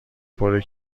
پره